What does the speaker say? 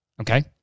Okay